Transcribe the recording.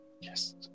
Yes